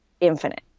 infinite